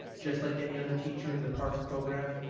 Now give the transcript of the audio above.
just like any other teacher in the par program,